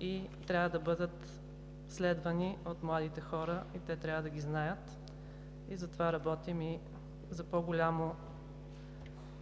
и трябва да бъдат следвани от младите хора и те трябва да ги знаят. Затова работим и за по-голямо